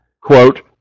quote